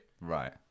Right